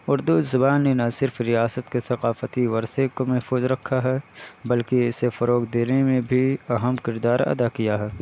اردو زبان نے نہ صرف ریاست کے ثقافتی ورثے کو محفوظ رکھا ہے بلکہ اسے فروغ دینے میں بھی اہم کردار ادا کیا ہے